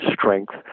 strength